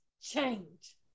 change